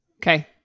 Okay